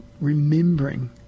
remembering